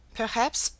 Perhaps